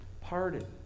pardon